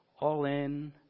all-in